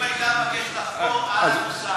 אם היא הייתה מבקשת לחקור, אהלן וסהלן.